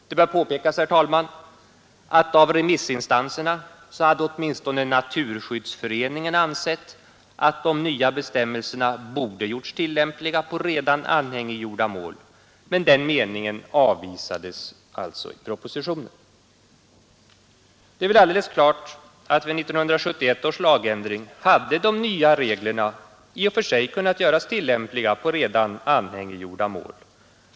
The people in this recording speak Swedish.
Det bör påpekas, herr talman, att av remissinstanserna hade åtminstone Naturskyddsföreningen ansett att de nya bestämmelserna borde ha gjorts tillämpliga på redan anhängiggjorda mål, men den meningen avvisades sålunda i propositionen. Det är väl alldeles klart att vid 1971 års lagändring hade de nya reglerna i och för sig kunnat göras tillämpliga på redan anhängiggjorda mål.